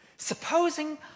Supposing